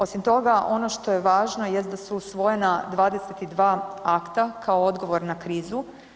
Osim toga, ono što je važno jest da su usvojena 22 akta kao odgovor na krizu.